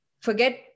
Forget